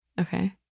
Okay